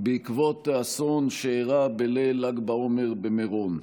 בעקבות האסון שאירע בליל ל"ג בעומר במירון.